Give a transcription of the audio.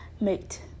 mate